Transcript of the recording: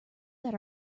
that